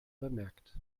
bemerkt